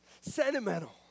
sentimental